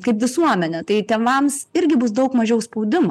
kaip visuomenė tai tėvams irgi bus daug mažiau spaudimo